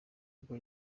ubwo